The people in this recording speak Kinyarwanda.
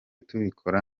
tubikora